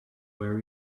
where